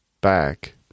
back